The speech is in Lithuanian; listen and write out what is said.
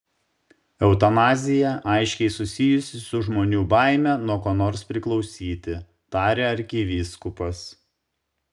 eutanazija aiškiai susijusi su žmonių baime nuo ko nors priklausyti tarė arkivyskupas